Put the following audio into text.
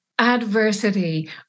Adversity